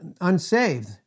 unsaved